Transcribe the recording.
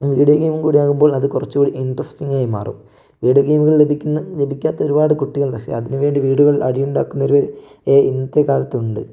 video ഗെയിമും കൂടിയാകുമ്പോൾ അത് കുറച്ച് കൂടി ഇൻട്രസ്റ്റിങായി മാറും വീഡിയോ ഗെയിമുകൾ ലഭിക്കുന്ന ലഭിക്കാത്ത ഒരുപാട് കുട്ടികളുണ്ട് പക്ഷേ അതിനുവേണ്ടി വീടുകളിൽ അടിയുണ്ടാക്കുന്നവർ വരെ ഇന്നത്തെ കാലത്ത് ഉണ്ട്